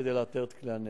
כדי לאתר את כלי הנשק.